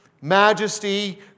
majesty